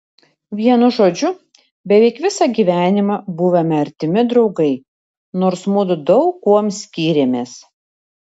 vienu žodžiu beveik visą gyvenimą buvome artimi draugai nors mudu daug kuom skyrėmės